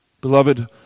Beloved